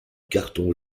carton